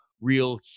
real